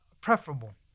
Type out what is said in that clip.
preferable